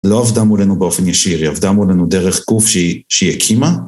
לא עבדה מולנו באופן ישיר, היא עבדה מולנו דרך גוף שהיא הקימה.